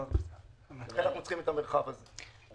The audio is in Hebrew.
לכן אנחנו צריכים את המרחב הזה.